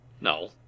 No